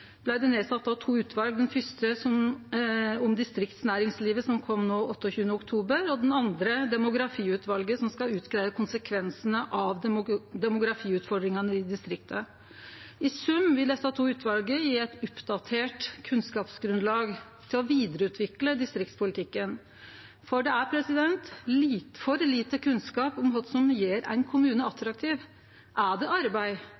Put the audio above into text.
blei det sett ned to utval – det første om distriktsnæringslivet, som kom no den 28. oktober, og det andre er demografiutvalet, som skal greie ut konsekvensane av demografiutfordringane i distrikta. I sum vil desse to utvala gje eit oppdatert kunnskapsgrunnlag for å vidareutvikle distriktspolitikken, for det er for lite kunnskap om kva som gjer ein kommune attraktiv. Er det arbeid,